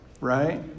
Right